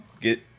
get